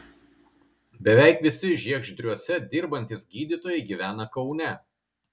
beveik visi žiegždriuose dirbantys gydytojai gyvena kaune